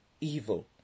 evil